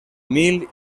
mil